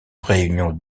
réunion